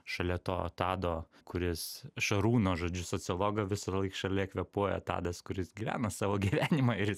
šalia to tado kuris šarūno žodžiu sociologo visąlaik šalia kvėpuoja tadas kuris gyvena savo gyvenimą ir jis